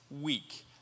week